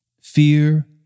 Fear